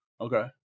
Okay